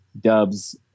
Dubs